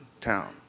town